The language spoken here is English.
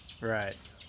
Right